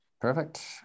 perfect